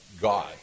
God